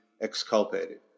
exculpated